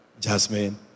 Jasmine